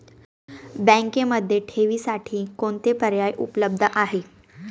बँकेमध्ये ठेवींसाठी कोणते पर्याय उपलब्ध आहेत?